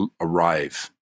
arrive